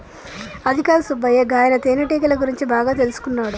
అదికాదు సుబ్బయ్య గాయన తేనెటీగల గురించి బాగా తెల్సుకున్నాడు